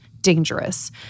dangerous